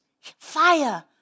fire